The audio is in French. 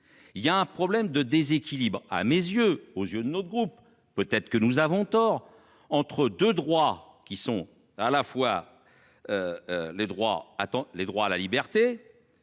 Il y a un problème de déséquilibre, à mes yeux, aux yeux de notre groupe. Peut-être que nous avons tort entre 2 droits qui sont à la fois. Les droits attends